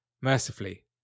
Mercifully